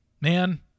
man